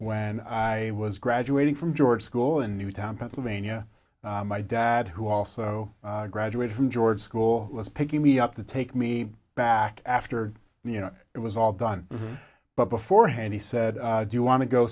when i was graduating from george school in newtown pennsylvania my dad who also graduated from george school was picking me up to take me back after you know it was all done but beforehand he said do you want to go